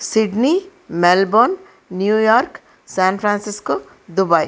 Sydney Melbourne New York San Francisco Dubai